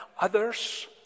others